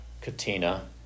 katina